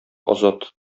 азат